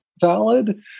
valid